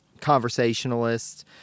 conversationalist